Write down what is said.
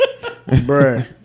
Bruh